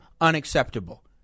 unacceptable